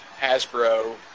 Hasbro